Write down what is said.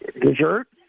dessert